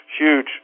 huge